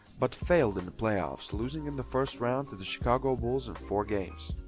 but failed in the playoffs, losing in the first round to the chicago bulls in four games.